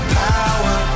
power